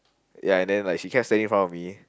ya and then kept standing in front of me